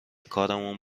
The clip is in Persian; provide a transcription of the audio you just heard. کارمون